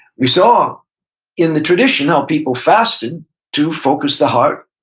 we saw in the tradition how people fasted to focus the heart,